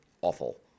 awful